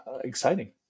exciting